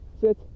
Sit